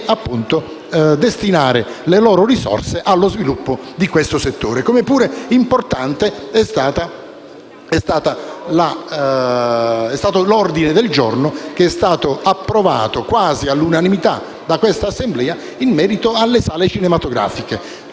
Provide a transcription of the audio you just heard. destinare le loro risorse allo sviluppo del settore. Altresì importante è stato l’ordine del giorno G26.203, approvato quasi all’unanimità da questa Assemblea, in merito alle sale cinematografiche.